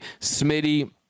smitty